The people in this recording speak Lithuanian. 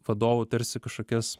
vadovų tarsi kažkokias